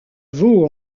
vaut